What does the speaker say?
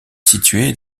située